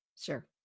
sure